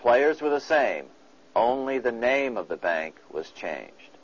players were the same only the name of the bank was changed